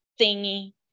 thingy